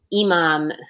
imam